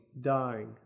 dying